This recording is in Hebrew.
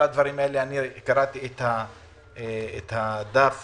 קראתי את הדף